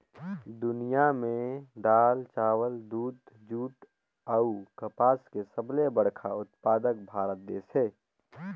दुनिया में दाल, चावल, दूध, जूट अऊ कपास के सबले बड़ा उत्पादक भारत देश हे